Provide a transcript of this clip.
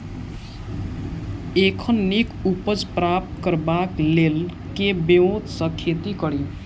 एखन नीक उपज प्राप्त करबाक लेल केँ ब्योंत सऽ खेती कड़ी?